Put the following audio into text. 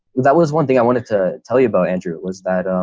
that was one thing i wanted to tell you about andrew, was that